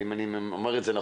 ויש גם מגזר שאין לו את הדרך,